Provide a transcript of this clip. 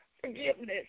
forgiveness